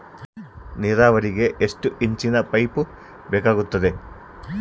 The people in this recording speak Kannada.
ನೇರಾವರಿಗೆ ಎಷ್ಟು ಇಂಚಿನ ಪೈಪ್ ಬೇಕಾಗುತ್ತದೆ?